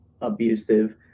abusive